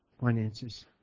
Finances